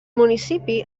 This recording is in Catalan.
municipi